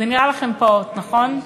זה נראה לכם פעוט, נכון?